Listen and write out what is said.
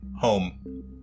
home